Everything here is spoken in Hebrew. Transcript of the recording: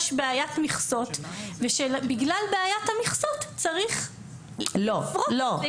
בעיית מכסות ובגלל בעיית המכסות צריך לפרוץ --- לא,